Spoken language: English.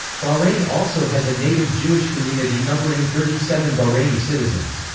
bahrain also has a native jewish community numbering thirty-seven bahraini citizens.